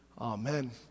Amen